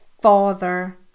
father